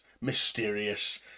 mysterious